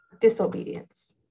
disobedience